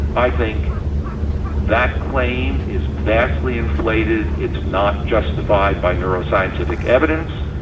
i think that claim is vastly inflated, it's not justified by neuroscientific evidence,